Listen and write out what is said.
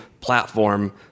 platform